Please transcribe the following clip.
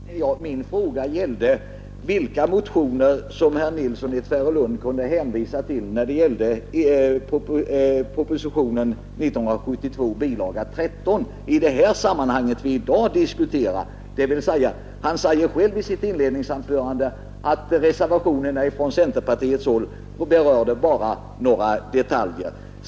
Herr talman! Min fråga gällde vilka motioner herr Nilsson i Tvärålund kunde hänvisa till i fråga om 1972 års proposition nr 1 bilaga 13. Han säger själv i sitt inledningsanförande att reservationerna från centerpartiet endast berör några detaljer.